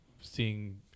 Seeing